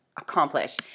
Accomplish